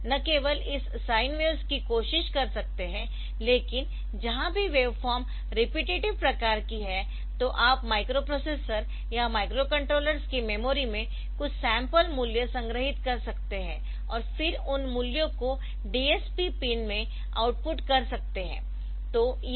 आप न केवल इस साइन वेव्स की कोशिश कर सकते है लेकिन जहां भी वेवफॉर्म रेपेटिटिव प्रकार की है तो आप माइक्रोप्रोसेसर या माइक्रोकंट्रोलर्स की मेमोरी में कुछ सैंपल मूल्य संग्रहीत कर सकते है और फिर उन मूल्यों को DSP पिन में आउटपुट कर सकते है